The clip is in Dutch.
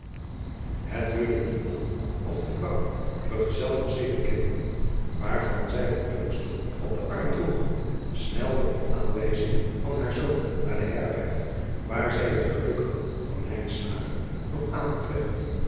het duurde niet lang of de vrouw vergezeld van zeven kinderen waarvan zij het jongste op den arm droeg snelde op de aanwijzing van haar zoon naar de herberg waar zij het geluk had van lijnslager nog aan te treffen